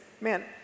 man